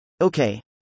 Okay